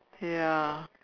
ya